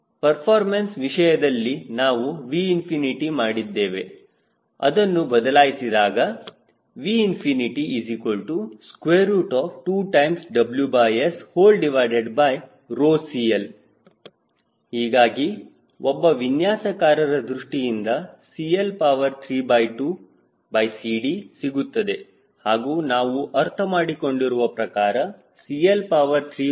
performance ವಿಷಯದಲ್ಲಿ ನಾವು Vꝏ ಮಾಡಿದ್ದೇವೆ ಅದನ್ನು ಬದಲಾಯಿಸಿದಾಗ V2WSCL ಹೀಗಾಗಿ ಒಬ್ಬ ವಿನ್ಯಾಸಕಾರರ ದೃಷ್ಟಿಯಿಂದ CL32CD ಸಿಗುತ್ತದೆ ಹಾಗೂ ನಾವು ಅರ್ಥಮಾಡಿಕೊಂಡಿರುವ ಪ್ರಕಾರ CL32CD ಗರಿಷ್ಠವಾಗಿರಬೇಕು